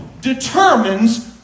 determines